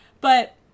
but-